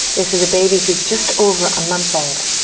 this is a baby who's just over a month old,